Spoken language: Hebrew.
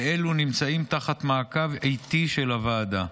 ואלו נמצאים תחת מעקב עיתי של הוועדה.